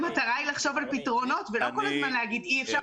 המטרה היא לחשוב על פתרונות ולא כל הזמן להגיד אי אפשר.